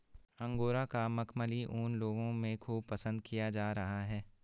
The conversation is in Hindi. अंगोरा का मखमली ऊन लोगों में खूब पसंद किया जा रहा है